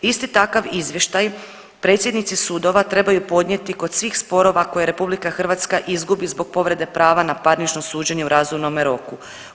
Isti takav izvještaj predsjednici sudova trebaju podnijeti kod svih sporova koje RH izgubi zbog povrede prava na parnično suđenje u razumnome roku.